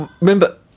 Remember